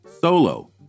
solo